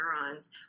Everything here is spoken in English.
neurons